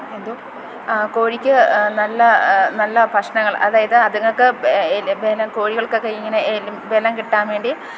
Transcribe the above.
എന്തോ ആ കോഴിക്ക് നല്ല നല്ല ഭക്ഷണങ്ങൾ അതായത് അതുങ്ങൾക്ക് കോഴികൾക്കൊക്കെ ഇങ്ങനെ ബലം കിട്ടാൻ വേണ്ടി